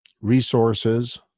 resources